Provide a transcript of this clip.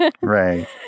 right